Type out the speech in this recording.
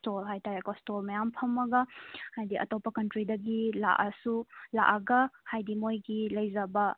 stall ꯍꯥꯏꯇꯥꯔꯦꯀꯣ stall ꯃꯌꯥꯝ ꯐꯝꯃꯒ ꯍꯥꯏꯗꯤ ꯑꯇꯣꯞꯄ ꯀꯟꯇ꯭ꯔꯤꯗꯒꯤ ꯂꯥꯛꯑꯁꯨ ꯂꯥꯛꯑꯒ ꯍꯥꯏꯗꯤ ꯃꯣꯏꯒꯤ ꯂꯩꯖꯕ ꯄꯣꯠ